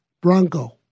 Bronco